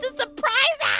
ah surprise.